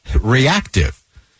reactive